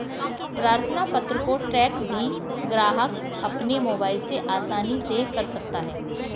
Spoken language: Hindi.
प्रार्थना पत्र को ट्रैक भी ग्राहक अपने मोबाइल से आसानी से कर सकता है